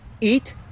Eat